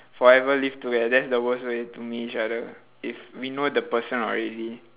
forever live together that's the worst way to meet each other if we know the person already